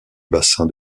bassin